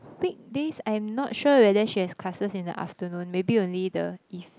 weekdays I'm not sure whether she has classes in the afternoon maybe only the if